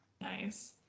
Nice